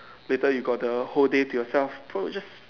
later you got a whole day to yourself so you just